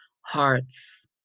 hearts